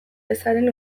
ezaren